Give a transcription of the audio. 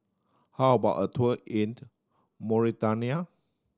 how about a tour in Mauritania